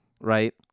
right